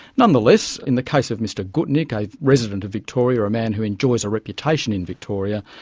nonetheless in the case of mr gutnik, a resident of victoria, a man who enjoys a reputation in victoria,